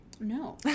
No